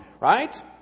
right